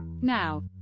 Now